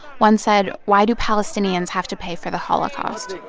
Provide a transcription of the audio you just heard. one said, why do palestinians have to pay for the holocaust?